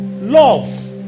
Love